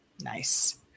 nice